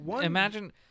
Imagine –